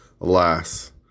Alas